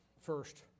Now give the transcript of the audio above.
First